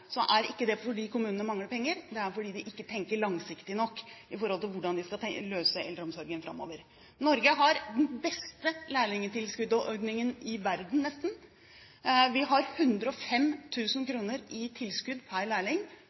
er ikke det fordi kommunene mangler penger. Det er fordi de ikke tenker langsiktig nok med tanke på hvordan de skal løse eldreomsorgen framover. Norge har den beste lærlingtilskuddsordningen i verden, nesten. Vi har 105 000 kr i tilskudd per lærling,